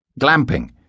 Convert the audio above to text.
Glamping